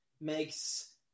makes